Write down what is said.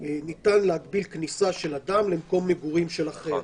ניתן להגביל כניסה של אדם למקום מגורים של אחר.